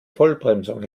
vollbremsung